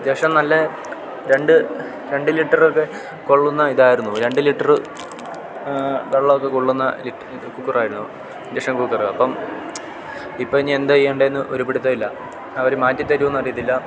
അത്യാവശ്യം നല്ല രണ്ട് രണ്ട് ലിറ്ററൊക്കെ കൊള്ളുന്ന ഇതായിരുന്നു രണ്ട് ലിറ്ററ് വെള്ളം ഒക്കെ കൊള്ളുന്ന ലിറ്ററ് ഇത് കുക്കറായിരുന്നു ഇൻഡക്ഷൻ കുക്കറ് അപ്പം ഇപ്പം ഇനി എന്ത് ചെയ്യുമെന്ന് ഒരു പിടുത്തവും ഇല്ല അവര് മാറ്റിത്തരുവോന്നറിയത്തില്ല